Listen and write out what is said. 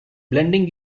blending